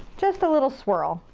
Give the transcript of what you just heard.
just a little swirl.